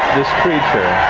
creature.